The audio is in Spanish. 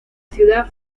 ciudad